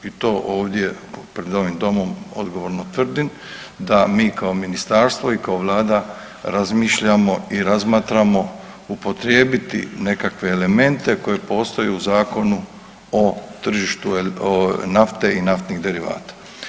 I to ovdje pred ovim domom odgovorno tvrdim da mi kao ministarstvo i kao Vlada razmišljamo i razmatramo upotrijebiti nekakve elemente koji postoje u zakonu o tržištu nafte i naftnih derivata.